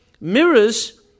mirrors